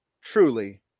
Truly